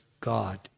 God